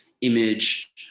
image